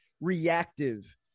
reactive